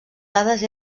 dades